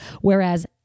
Whereas